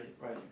right